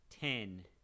ten